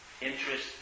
interest